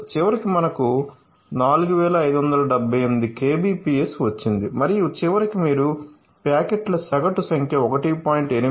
చివరికి మనకు 4578 kbps వచ్చింది మరియు చివరికి మీరు ప్యాకెట్ల సగటు సంఖ్య 1